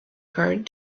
card